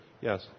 Yes